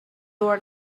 were